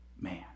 man